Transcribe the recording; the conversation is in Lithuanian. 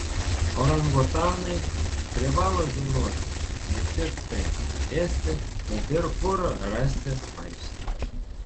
orangutanai privalo žinoti ne tik tai ką ėsti bet ir kur rasti maisto